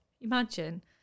Imagine